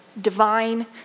divine